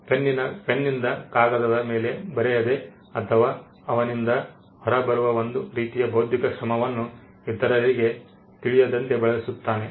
ಪೆನ್ನಿಂದ ಕಾಗದದ ಮೇಲೆ ಬರೆಯದೆ ಅಥವಾ ಅವನಿಂದ ಹೊರಬರುವ ಒಂದು ರೀತಿಯ ಬೌದ್ಧಿಕ ಶ್ರಮವನ್ನು ಇತರರಿಗೆ ತಿಳಿಯದಂತೆ ಬಳಸುತ್ತಾನೆ